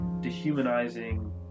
dehumanizing